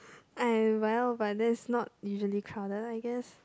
and well but there is not usually crowded I guess